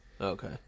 okay